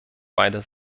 beider